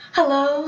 Hello